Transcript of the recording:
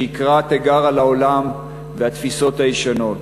שיקרא תיגר על העולם והתפיסות הישנות